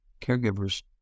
caregivers